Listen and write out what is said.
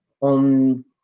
on